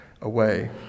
away